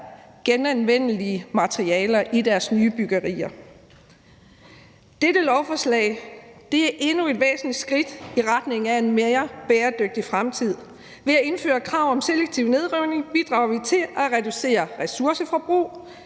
genanvendelige materialer i deres nybyggerier. Dette lovforslag er endnu et væsentligt skridt i retning af en mere bæredygtig fremtid. Ved at indføre krav om selektiv nedrivning bidrager vi til at reducere ressourceforbrug